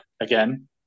again